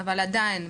אבל עדיין,